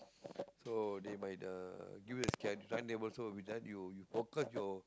so they might uh give you the sched~ timetable so let you you focus your